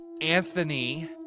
Anthony